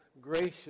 gracious